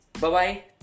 bye-bye